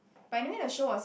but anyway the show was